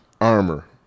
armor